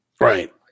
right